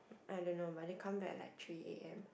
I don't know but they come back at like three A_M